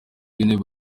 w’intebe